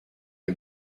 est